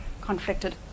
conflicted